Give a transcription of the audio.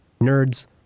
nerds